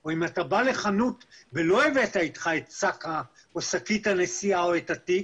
או אם אתה בא לחנות ולא הבאת אתך את שקית הנשיאה או את התיק,